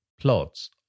plots